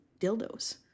dildos